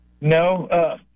No